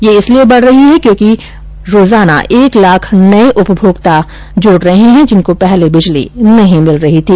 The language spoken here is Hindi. यह इसलिये बढ रही है क्योंकि हम प्रतिदिन एक लाख नए उपभोक्ता जोड़ रहे है जिनको पहले बिजली नहीं मिल रही थी